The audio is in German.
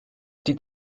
die